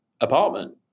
apartment